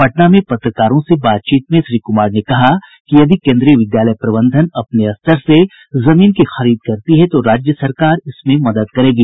पटना में पत्रकारों से बातचीत में श्री कुमार ने कहा कि यदि केन्द्रीय विद्यालय प्रबंधन अपने स्तर से जमीन की खरीद करती है तो राज्य सरकार इसमें मदद करेगी